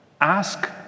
ask